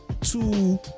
two